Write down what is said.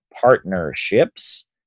partnerships